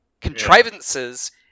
contrivances